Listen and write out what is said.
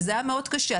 וזה היה מאוד קשה.